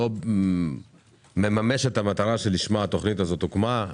לא מממש את המטרה שלשמה התוכנית הזאת הוקמה,